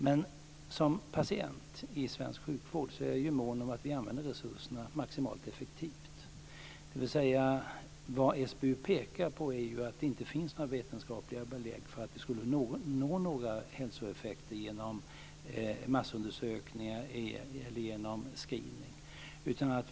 Men som patient i svensk sjukvård är jag ju mån om att vi använder resurserna maximalt effektivt. Vad SBU pekar på är ju att det inte finns några vetenskapliga belägg för att vi skulle nå några hälsoeffekter genom massundersökningar eller genom screening.